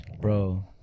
Bro